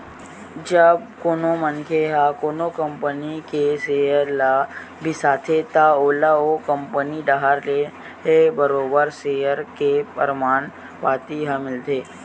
जब कोनो मनखे ह कोनो कंपनी के सेयर ल बिसाथे त ओला ओ कंपनी डाहर ले बरोबर सेयर के परमान पाती ह मिलथे